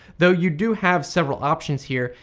though you do have several options here,